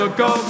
go